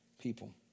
people